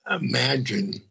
imagine